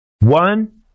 One